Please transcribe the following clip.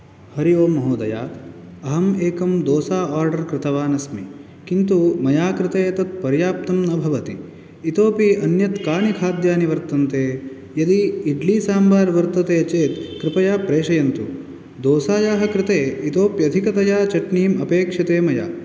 हरि ओम् महोदय अहम् एकं दोसा आर्डर् कृतवान् अस्मि किन्तु मया कृते तत् पर्याप्तं न भवति इतोऽपि अन्यत् कानि खाद्यानि वर्तन्ते यदि इड्लि साम्बार् वर्तते चेत् कृपया प्रेषयन्तु दोसायाः कृते इतोप्यधिकया चट्नीम् अपेक्षते मया